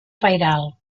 pairal